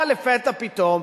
אבל לפתע פתאום,